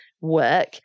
work